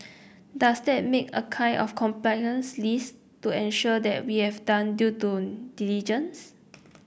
does that make a kind of compliance list to ensure that we have done due to diligence